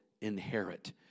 inherit